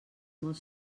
molt